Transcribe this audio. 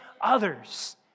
others